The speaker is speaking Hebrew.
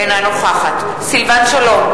אינה נוכחת סילבן שלום,